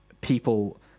people